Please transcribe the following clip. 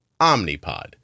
Omnipod